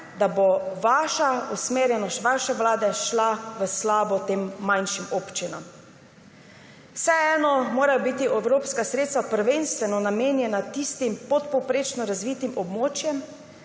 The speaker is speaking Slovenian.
da bo usmerjenost vaše vlade šla v slabo tem manjšim občinam. Vseeno morajo biti evropska sredstva prvenstveno namenjena tistim podpovprečno razvitim območjem,